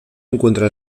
encuentra